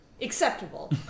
acceptable